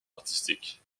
artistique